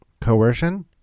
coercion